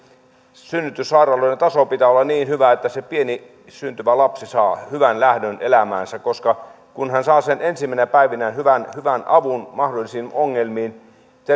synnytyssairaaloiden tason pitää olla niin hyvä että se pieni syntyvä lapsi saa hyvän lähdön elämäänsä koska kun hän saa ensimmäisinä päivinään hyvän hyvän avun mahdollisiin ongelmiin